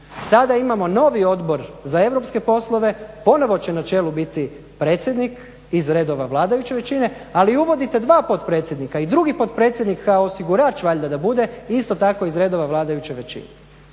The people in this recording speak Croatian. Sada imamo novi Odbor za europske poslove, ponovno će na čelu biti predsjednik iz redova vladajuće većine, ali uvodite dva potpredsjednika i drugi potpredsjednik kao osigurač valjda da bude isto tako iz redova vladajuće većine.